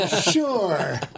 Sure